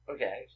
Okay